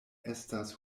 estas